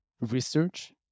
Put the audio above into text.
research